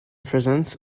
presence